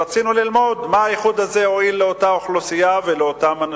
רצינו ללמוד מה האיחוד הזה הועיל לאותה אוכלוסייה ולאותם אנשים.